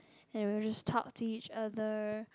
and we'll just talk to each other